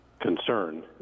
concern